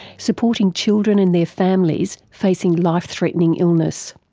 supporting children and their families facing life-threatening illness.